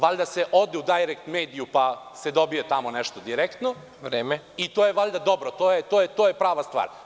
Valjda se ode u „Dajrekt mediju“ pa se dobije tamo nešto direktno i to je valjda dobro, to je prava stvar.